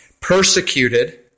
persecuted